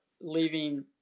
leaving